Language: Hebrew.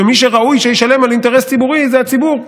ומי שראוי שישלם על אינטרס ציבורי זה הציבור.